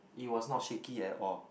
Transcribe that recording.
it was not shaky at all